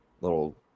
little